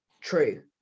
true